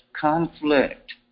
conflict